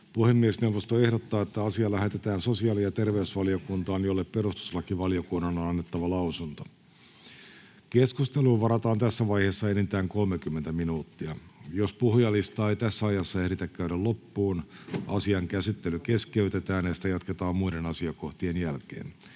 Puhemiesneuvosto ehdottaa, että asia lähetetään sivistysvaliokuntaan, jolle perustuslakivaliokunnan on annettava lausunto. Keskusteluun varataan tässä vaiheessa enintään 45 minuuttia. Jos puhujalistaa ei tässä ajassa ehditä käydä loppuun, asian käsittely keskeytetään ja sitä jatketaan muiden asiakohtien jälkeen.